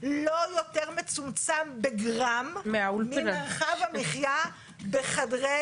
לא יותר מצומצם בגרם ממרחב המחיה בחדרי